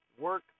work